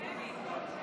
הודעת סיכום של